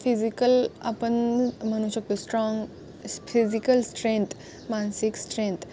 physical आपण म्हणू शकतो स्ट्राँग फिजिकल स्ट्रेंथ मानसिक स्ट्रेंथ